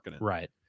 Right